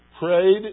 prayed